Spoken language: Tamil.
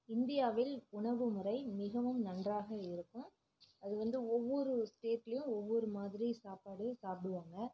இந்தியாவில் உணவுமுறை மிகவும் நன்றாக இருக்கும் அது வந்து ஒவ்வொரு ஸ்டேட்லேயும் ஒவ்வொரு மாதிரி சாப்பாடு சாப்பிடுவாங்க